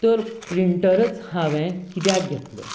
तर प्रिंटरच हांवें कित्याक घेतलो